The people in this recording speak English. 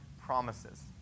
promises